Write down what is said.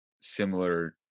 similar